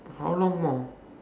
how long more